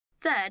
Third